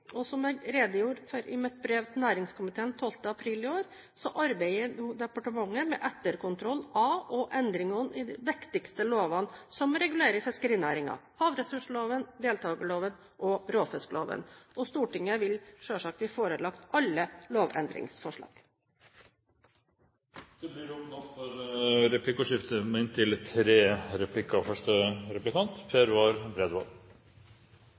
Som jeg redegjorde for i mitt brev til næringskomiteen 12. april i år, arbeider nå departementet med etterkontroll av og endringer i de viktigste lovene som regulerer fiskerinæringen: havressursloven, deltakerloven og råfiskloven. Stortinget vil selvsagt bli forelagt alle lovendringsforslag. Det blir åpnet opp for replikkordskifte.